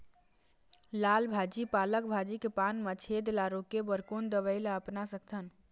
लाल भाजी पालक भाजी के पान मा छेद ला रोके बर कोन दवई ला अपना सकथन?